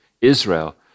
Israel